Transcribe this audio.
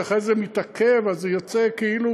כי אחרי זה זה מתעכב ואז זה יוצא כאילו,